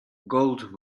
gold